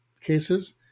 cases